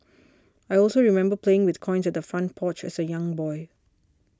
I also remember playing with coins at the front porch as a young boy